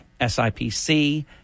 SIPC